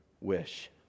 wish